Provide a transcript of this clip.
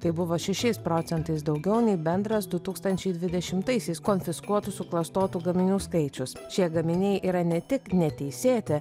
tai buvo šešiais procentais daugiau nei bendras du tūkstančiai dvidešimtaisiais konfiskuotų suklastotų gaminių skaičius šie gaminiai yra ne tik neteisėti